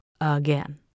again